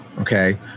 okay